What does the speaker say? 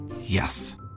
Yes